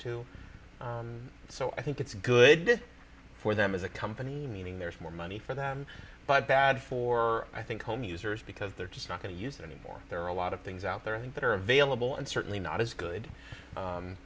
too so i think it's good for them as a company meaning there's more money for them but bad for i think home users because they're just not going to use it anymore there are a lot of things out there that are available and certainly not as good